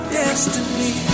destiny